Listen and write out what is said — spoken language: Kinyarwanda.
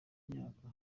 myaka